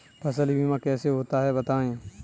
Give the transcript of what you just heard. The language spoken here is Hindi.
फसल बीमा कैसे होता है बताएँ?